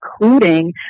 including